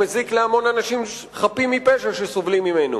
הוא מזיק להמון אנשים חפים מפשע שסובלים ממנו,